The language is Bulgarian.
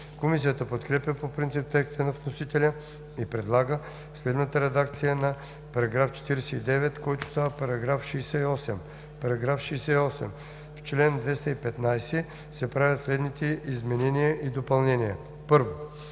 Комисията подкрепя по принцип текста на вносителя и предлага следната редакция на § 49, който става § 68: „§ 68. В чл. 215 се правят следните изменения и допълнения: 1.